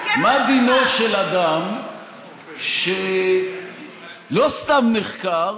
מה דינו של אדם שלא סתם נחקר,